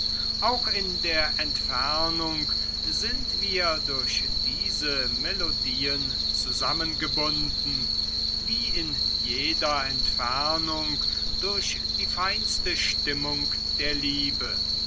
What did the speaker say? auch in der entfernung sind wir durch diese melodien zusammengebunden wie in jeder entfernung durch die feinste stimmung der liebe